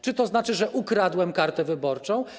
Czy to znaczy, że ukradłem kartę wyborczą?